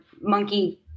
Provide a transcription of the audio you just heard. monkey